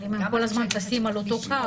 אבל אם הם כל הזמן טסים על אותו קו.